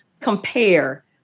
compare